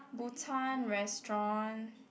Bhutan restaurant